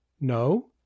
No